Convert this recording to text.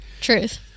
Truth